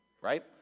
right